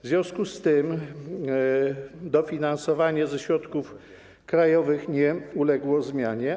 W związku z tym dofinansowanie ze środków krajowych nie uległo zmianie.